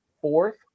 fourth